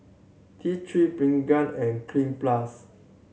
T Three Pregain and Cleanz Plus